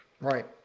Right